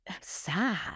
sad